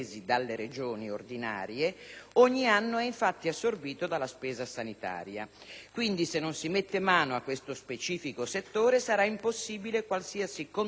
ogni anno è infatti assorbito dalla spesa sanitaria. Quindi, se non si mette mano a questo specifico settore sarà impossibile qualsiasi contenimento della spesa pubblica.